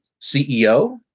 CEO